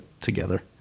together